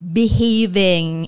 behaving